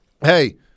hey